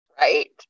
Right